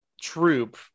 Troop